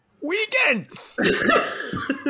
Weekends